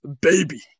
baby